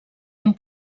han